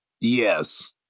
Yes